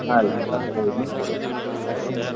ಹಾಂ ರೀ Saturday evening four ಓ ಓಕೆ